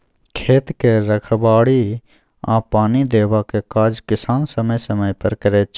खेत के रखबाड़ी आ पानि देबाक काज किसान समय समय पर करैत छै